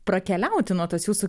prakeliauti nuo tos jūsų